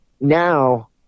now